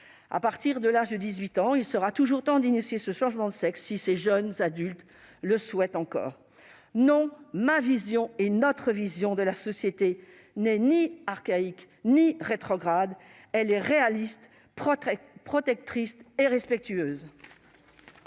préserver. À l'âge de 18 ans, il sera toujours temps d'engager ce changement de sexe si ces jeunes adultes le souhaitent encore. Non, notre vision de la société n'est ni archaïque ni rétrograde. Elle est réaliste, protectrice et respectueuse.